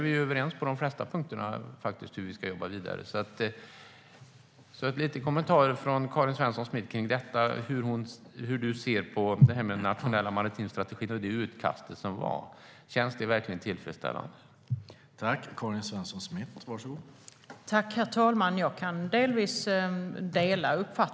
Vi är överens på de flesta punkter när det gäller hur vi ska jobba vidare.